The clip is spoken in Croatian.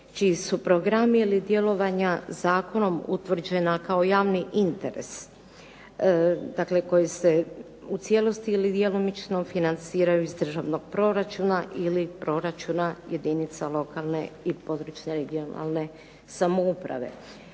čiji su programi ili djelovanja zakonom utvrđena kao javni interes, dakle koji se u cijelosti ili djelomično financiraju iz državnog proračuna ili proračuna jedinica lokalne i područne (regionalne) samouprave.